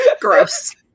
Gross